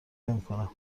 نمیکنم